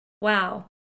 wow